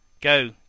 Go